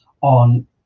on